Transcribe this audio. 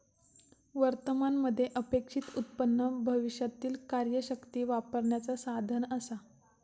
वर्तमान मध्ये अपेक्षित उत्पन्न भविष्यातीला कार्यशक्ती वापरण्याचा साधन असा